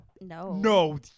No